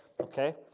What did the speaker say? Okay